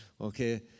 Okay